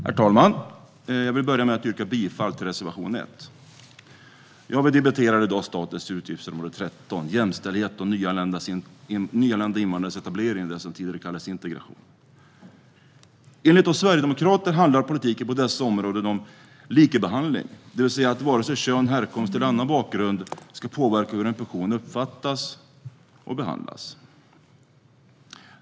Herr talman! Jag vill börja med att yrka bifall till reservation 1. Vi debatterar i dag statens utgiftsområde 13 Jämställdhet och nyanlända invandrares etablering - det som tidigare kallades integration. Enligt oss Sverigedemokrater handlar politiken på dessa områden om likabehandling, det vill säga att vare sig kön, härkomst eller annan bakgrund ska påverka hur en person uppfattas och behandlas.